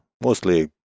mostly